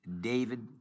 David